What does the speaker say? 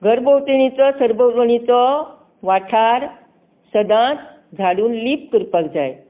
घर भोंवतणी जर सरभोंवतणीचो वाठार सदांच झाडून लिप करपाक जाय